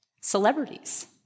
celebrities